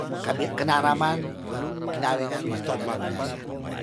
Kabi' kenaraman kinawengan wakitana minahasa